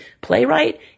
playwright